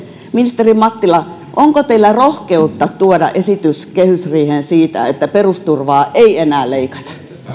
ministeri mattila onko teillä rohkeutta tuoda esitys kehysriiheen siitä että perusturvaa ei enää leikata